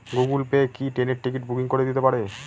Google Pay কি ট্রেনের ticket booking করে দিতে পারে?